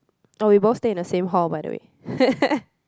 oh we both stay in the same hall by the way